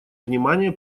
внимание